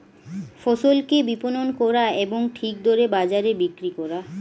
ফসলকে বিপণন করা এবং ঠিক দরে বাজারে বিক্রি করা